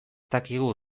dakigu